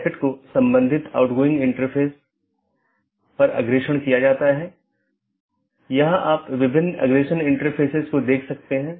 BGP के संबंध में मार्ग रूट और रास्ते पाथ एक रूट गंतव्य के लिए पथ का वर्णन करने वाले विशेषताओं के संग्रह के साथ एक गंतव्य NLRI प्रारूप द्वारा निर्दिष्ट गंतव्य को जोड़ता है